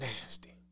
nasty